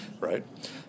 right